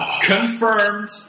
Confirmed